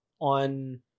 on